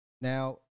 Now